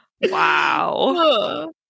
wow